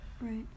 Right